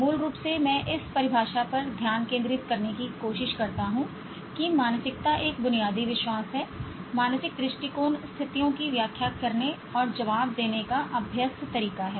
मूल रूप से मैं इस परिभाषा पर ध्यान केंद्रित करने की कोशिश करता हूं कि मानसिकता एक बुनियादी विश्वास है मानसिक दृष्टिकोण स्थितियों की व्याख्या करने और जवाब देने का अभ्यस्त तरीका है